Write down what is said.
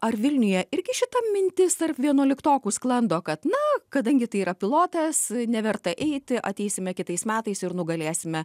ar vilniuje ir šita mintis tarp vienuoliktokų sklando kad na kadangi tai yra pilotas neverta eiti ateisime kitais metais ir nugalėsime